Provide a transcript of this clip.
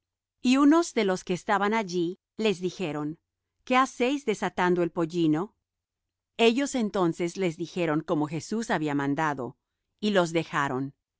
y unos de los que estaban allí les dijeron qué hacéis desatando el pollino ellos entonces les dijeron como jesús había mandado y los dejaron